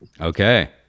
Okay